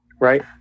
right